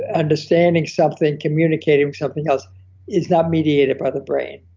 ah understanding something communicating something else is not mediated by the brain.